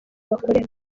bakorera